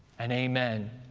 and amen.